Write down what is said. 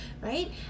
right